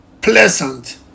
pleasant